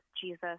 Jesus